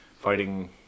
fighting